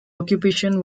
occupation